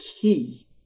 key